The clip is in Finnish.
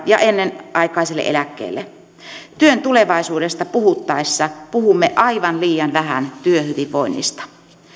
ja ennenaikaiselle eläkkeelle työn tulevaisuudesta puhuttaessa puhumme aivan liian vähän työhyvinvoinnista